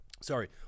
Sorry